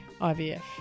IVF